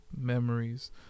memories